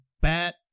bat